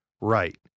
Right